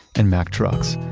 and mack trucks.